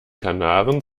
kanaren